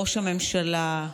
ראש הממשלה,